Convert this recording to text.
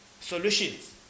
solutions